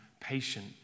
patient